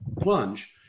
plunge